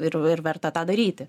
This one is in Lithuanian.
ir ir verta tą daryti